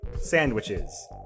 sandwiches